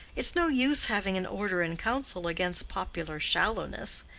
it's no use having an order in council against popular shallowness.